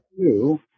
two